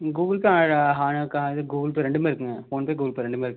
ம் கூகுள் பே அது Google Pay ரெண்டுமே இருக்குங்க போன்பே கூகுள் பே ரெண்டுமே இருக்கு